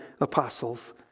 apostles